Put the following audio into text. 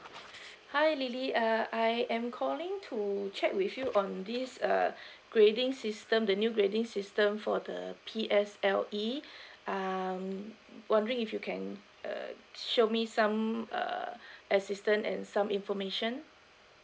hi lily uh I am calling to check with you on this uh grading system the new grading system for the P_S_L_E um wondering if you can err show me some err assistant and some information